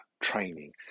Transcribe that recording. training